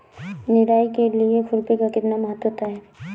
निराई के लिए खुरपी का कितना महत्व होता है?